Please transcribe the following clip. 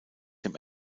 dem